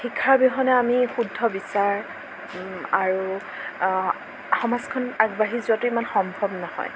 শিক্ষাৰ অবিহনে আমি শুদ্ধ বিচাৰ আৰু সমাজখন আগবাঢ়ি যোৱাতো ইমান সম্ভৱ নহয়